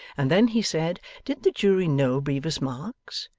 and then he said, did the jury know bevis marks?